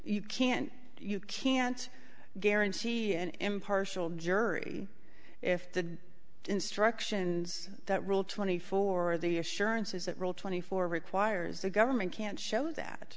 you can't you can't guarantee an impartial jury if the instructions that rule twenty four the assurances that rule twenty four requires a government can't show that